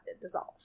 dissolve